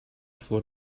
floor